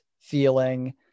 feeling